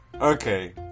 Okay